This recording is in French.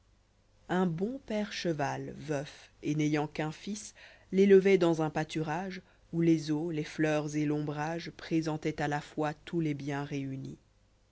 s bon père cheval veuf et n'ayant qu'un fils l'élevoit dans un pâturage où les eaux les fleurs et l'ombrage pi'ésentoient à la fois tous les biens réunis